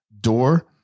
Door